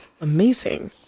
Amazing